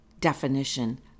definition